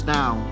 now